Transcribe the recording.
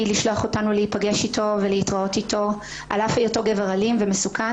לשלוח אותנו להיפגש איתו ולהתראות איתו על אף היותו גבר אלים ומסוכן,